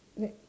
what